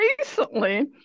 recently